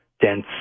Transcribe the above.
dense